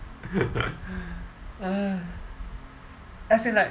as in like